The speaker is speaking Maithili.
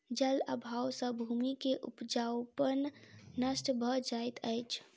जल अभाव सॅ भूमि के उपजाऊपन नष्ट भ जाइत अछि